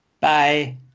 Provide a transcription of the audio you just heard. Bye